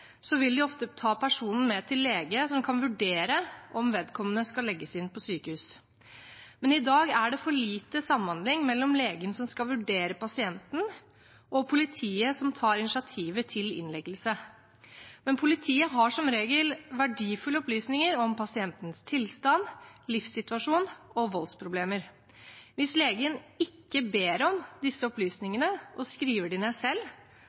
vil de ofte ta personen med til lege, som kan vurdere om vedkommende skal legges inn på sykehus. I dag er det for lite samhandling mellom legen som skal vurdere pasienten, og politiet som tar initiativet til innleggelse, men politiet har som regel verdifulle opplysninger om pasientens tilstand, livssituasjon og voldsproblemer. Hvis legen ikke ber om disse opplysningene og skriver dem ned selv,